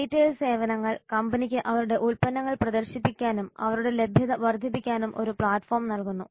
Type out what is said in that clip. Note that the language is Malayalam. റീട്ടെയിൽ സേവനങ്ങൾ കമ്പനിക്ക് അവരുടെ ഉത്പന്നങ്ങൾ പ്രദർശിപ്പിക്കാനും അവരുടെ ലഭ്യത വർദ്ധിപ്പിക്കാനും ഒരു പ്ലാറ്റ്ഫോം നൽകുന്നു